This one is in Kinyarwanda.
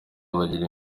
bagira